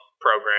program